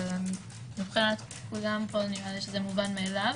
זה מבחינת כולם פה לומר את המובן מאליו.